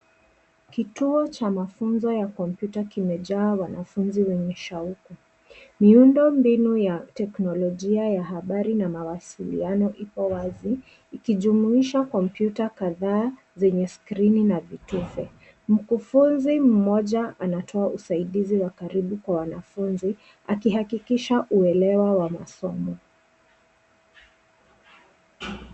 Kituo cha mafunzo ya kompyuta kimejaa wanafunzi wenye shauku. Miundo mbinu ya teknolojia ya habari na mawasiliano iko wazi ikijumuisha kompyuta kadhaa zenye skrini na vitufe. Mkufunzi mmoja anatoa usaidizi wa karibu kwa wanafunzi akihakikisha uelewa wa masomo.